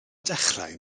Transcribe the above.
dechrau